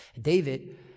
David